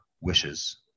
wishes